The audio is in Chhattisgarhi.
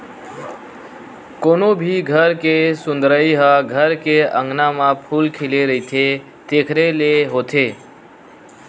कोनो भी घर के सुंदरई ह घर के अँगना म फूल खिले रहिथे तेखरे ले होथे